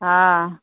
हँ